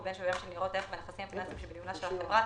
מבין שווים של ניירות הערך והנכסים הפיננסיים שבניהולה של החברה,